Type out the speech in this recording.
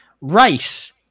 race